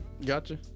Gotcha